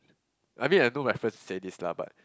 I mean I know my friends would say this lah but